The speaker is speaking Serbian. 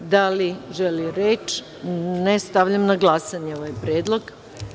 Da li želi reč? (Ne.) Stavljam na glasanje predlog.